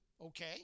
okay